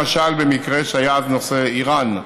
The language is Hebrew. למשל במקרה שהיה אז, נושא איראן,